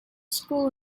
school